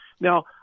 Now